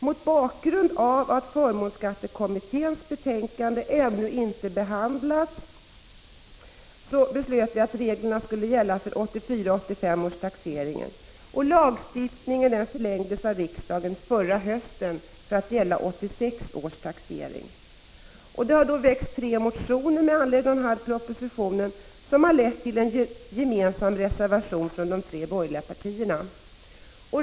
Mot bakgrund av att förmånsskattekommitténs betänkande ännu inte behandlats beslöt vi att reglerna skulle gälla för 1984-1985 års taxeringar. Lagstiftningen förlängdes av riksdagen förra hösten att gälla 1986 års taxering. Tre motioner har väckts med anledning av propositionen, och en gemensam reservation har avgivits av de tre borgerliga partierna.